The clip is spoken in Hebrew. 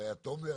זה היה תומר,